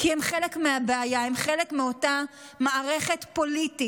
כי הם חלק מהבעיה, הם חלק מאותה מערכת פוליטית.